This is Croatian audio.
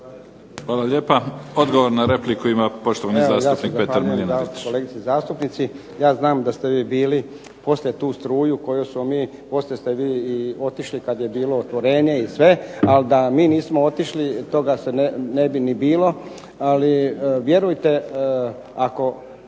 Hvala lijepa. Odgovor na repliku ima poštovani zastupnik Petar Mlinarić.